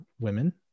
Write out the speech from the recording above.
women